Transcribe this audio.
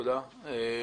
תודה רבה.